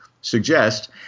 suggest